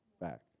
back